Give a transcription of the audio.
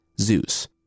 Zeus